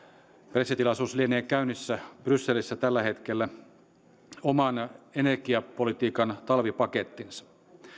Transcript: pressitilaisuus lienee käynnissä brysselissä tällä hetkellä oman energiapolitiikan talvipakettinsa